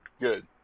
Good